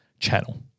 channel